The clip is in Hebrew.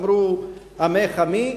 אמרו "עמך עמי",